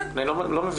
אני לא מבין.